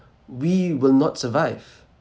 we will not survive